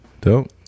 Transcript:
dope